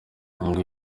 ngo